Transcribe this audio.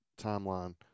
timeline